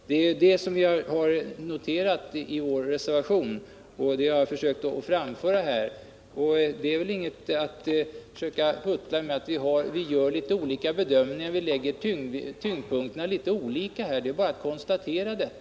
Det är det som vi noterat i vår reservation, och det har jag försökt framföra här. Det är väl ingenting att huttla med att vi gör litet olika bedömningar och lägger tyngdpunkterna litet olika. Det är bara att konstatera detta.